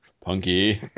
Punky